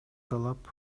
талап